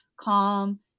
Calm